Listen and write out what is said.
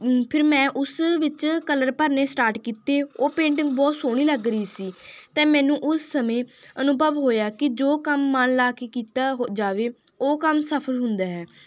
ਫਿਰ ਮੈਂ ਉਸ ਵਿੱਚ ਕਲਰ ਭਰਨੇ ਸਟਾਰਟ ਕੀਤੇ ਉਹ ਪੇਂਟਿੰਗ ਬਹੁਤ ਸੋਹਣੀ ਲੱਗ ਰਹੀ ਸੀ ਤਾਂ ਮੈਨੂੰ ਉਸ ਸਮੇਂ ਅਨੁਭਵ ਹੋਇਆ ਕਿ ਜੋ ਕੰਮ ਮਨ ਲਾ ਕੇ ਕੀਤਾ ਹੋ ਜਾਵੇ ਉਹ ਕੰਮ ਸਫਲ ਹੁੰਦਾ ਹੈ